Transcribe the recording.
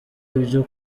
ibyo